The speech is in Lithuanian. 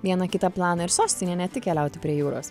vieną kitą planą ir sostinėj ne tik keliauti prie jūros